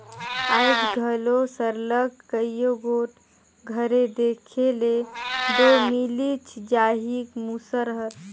आएज घलो सरलग कइयो गोट घरे देखे ले दो मिलिच जाही मूसर हर